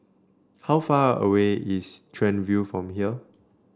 how far away is Chuan View from here